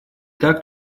так